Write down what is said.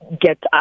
get